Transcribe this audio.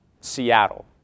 Seattle